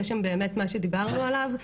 יש שם באמת מה שדיברנו עליו,